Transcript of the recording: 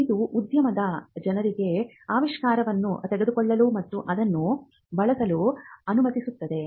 ಇದು ಉದ್ಯಮದ ಜನರಿಗೆ ಆವಿಷ್ಕಾರವನ್ನು ತೆಗೆದುಕೊಳ್ಳಲು ಮತ್ತು ಅದನ್ನು ಬಳಸಲು ಅನುಮತಿಸುತ್ತದೆ